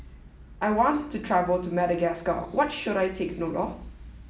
I want to travel to Madagascar what should I take note of